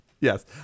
yes